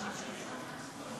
חמש דקות לרשותך.